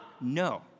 No